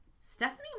Stephanie